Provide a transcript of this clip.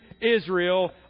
Israel